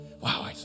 Wow